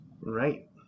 Right